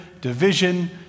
division